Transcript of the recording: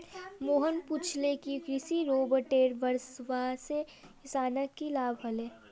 मोहन पूछले कि कृषि रोबोटेर वस्वासे किसानक की लाभ ह ले